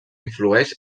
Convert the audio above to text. influeix